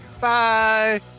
Bye